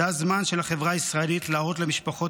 זה הזמן של החברה הישראלית להראות למשפחות